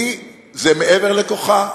זה מעבר לכוחה,